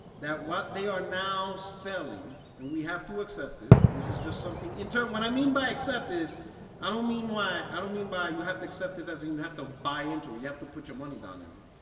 that what they are now selling and we have to accept this this is just something in turn what i mean by accept is i don't mean why i don't mean by you have to accept this as and you have to buy into it you have to put your money down area.